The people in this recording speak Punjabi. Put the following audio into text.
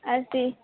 ਅਸੀਂ